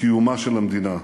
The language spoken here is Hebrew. וקיומה של המדינה.